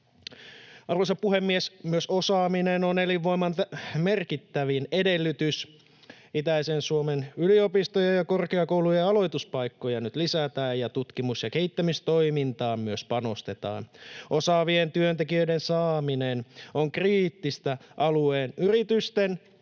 Arvoisa puhemies! Osaaminen on elinvoiman merkittävin edellytys. Itäisen Suomen yliopistojen ja korkeakoulujen aloituspaikkoja lisätään nyt ja tutkimus‑ ja kehittämistoimintaan myös panostetaan. Osaavien työntekijöiden saaminen on kriittistä alueen yritysten